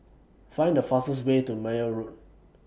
Find The fastest Way to Meyer Road